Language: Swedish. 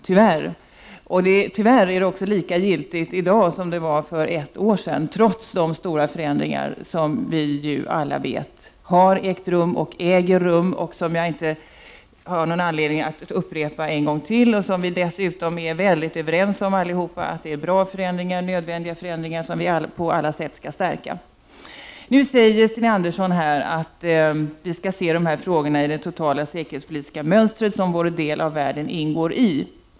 Tyvärr är detta likadant i dag som för ett år sedan, trots de stora förändringar som vi alla vet har ägt rum och äger rum, och som jag inte har någon anledning att upprepa en gång till. Dessutom är vi ju alla överens om att det är bra och nödvändiga förändringar, som vi på alla sätt bör stärka. Nu säger Sten Andersson att man skall se de här frågorna som en del i det totala säkerhetspolitiska mönster som vår del av världen ingår i.